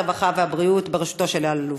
הרווחה והבריאות בראשותו של אלי אלאלוף.